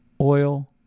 oil